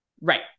Right